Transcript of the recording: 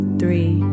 three